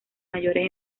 mayores